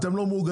אתם לא מאוגדים.